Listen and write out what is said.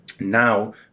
Now